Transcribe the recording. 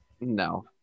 No